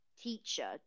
teacher